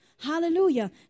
Hallelujah